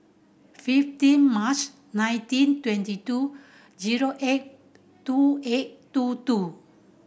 fifteen March nineteen twenty two zero eight two eight two two